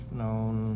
known